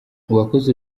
uwakoze